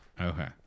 Okay